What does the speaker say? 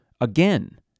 again